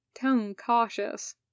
tone-cautious